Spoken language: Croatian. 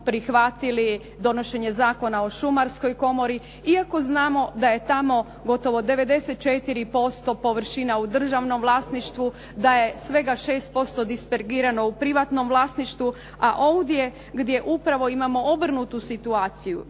prihvatili donošenje Zakona o šumarskoj komori iako znam da je tamo gotovo 94% površina u državnom vlasništvu, da je svega 6% dispergirano u privatnom vlasništvu, a ovdje gdje upravo imamo obrnutu situaciju.